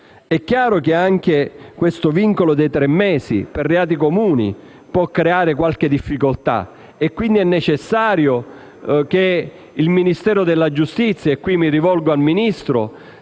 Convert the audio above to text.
È chiaro che anche il vincolo dei tre mesi per i reati comuni può creare qualche difficoltà. È, quindi, necessario che il Ministero della giustizia - e per questo mi rivolgo al Ministro